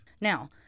Now